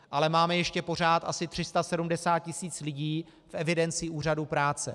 Ale máme ještě pořád asi 370 tisíc lidí v evidenci úřadů práce.